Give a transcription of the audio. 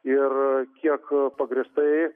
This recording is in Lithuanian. ir kiek pagrįstai